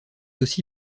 aussi